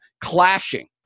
clashing